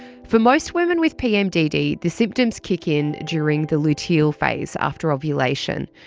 for most women with pmdd, the symptoms kick in during the luteal phase, after ovulation,